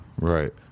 right